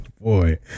Boy